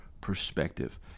Perspective